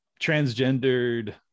transgendered